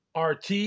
RT